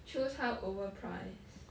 shows how overpriced